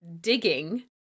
digging